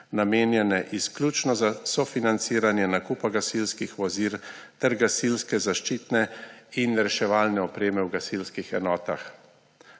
namenjena izključno za sofinanciranje nakupa gasilskih vozil ter gasilske zaščitne in reševalne opreme v gasilskih enotah.